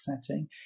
setting